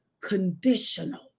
conditional